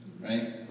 Right